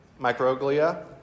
microglia